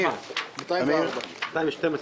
204. מי מסביר?